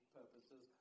purposes